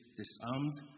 disarmed